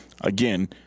Again